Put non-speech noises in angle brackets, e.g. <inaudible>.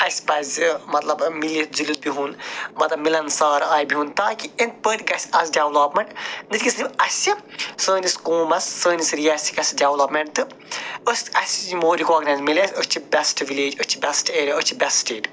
اَسہِ پَزِ مطلبہٕ مِلِتھ جُلِتھ بِہُن مطلب مِلن سار آیہِ بِہُن تاکہِ اِن پٲٹھۍ گَژھِ آز ڈٮ۪ولاپمٮ۪نٹ <unintelligible> اَسہِ سٲنِس قومس سٲنِس رِیاسِکس دٮ۪ولاپمٮ۪نٹ تہٕ أسۍ اَسہِ یِمو رِکاکنایز مِلہِ اَسہِ أسۍ چھِ بٮ۪سٹ وِلیج أسۍ چھِ بٮ۪سٹ ایرِیا أسۍ چھِ بٮ۪سٹ سٕٹیٹ